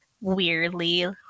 weirdly